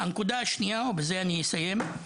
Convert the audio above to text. הנקודה השנייה, ובזה אני אסיים.